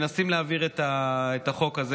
מנסים להעביר האת החוק הזה.